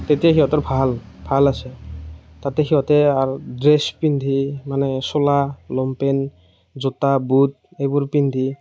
তেতিয়া সিহঁতৰ ভাল ভাল আছে তাতে সিহঁতে আ ড্ৰেছ পিন্ধি মানে চোলা লংপেণ্ট জোতা বুট এইবোৰ পিন্ধি